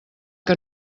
que